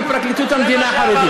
ופתחו עכשיו קורס להנדסאים לחרדים,